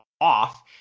off